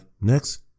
next